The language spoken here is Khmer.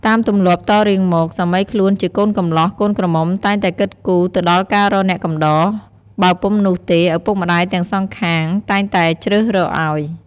តាមទម្លាប់តរៀងមក សាមីខ្លួនជាកូនកម្លោះកូនក្រមុំតែងតែគិតគូរទៅដល់ការរកអ្នកកំដរ បើពុំនោះទេឪពុកម្តាយទាំងសងខាងតែងតែជ្រើសរកឱ្យ។